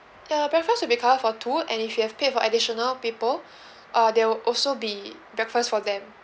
ya breakfast will be count for two and if you have paid for additional people uh they'll also be breakfast for them